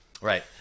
right